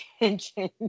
attention